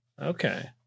okay